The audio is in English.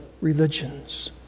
religions